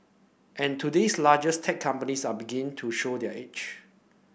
and today's largest tech companies are beginning to show their age